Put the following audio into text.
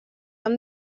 amb